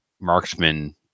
marksman